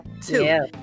two